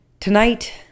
Tonight